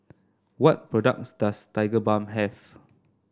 what products does Tigerbalm have